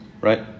Right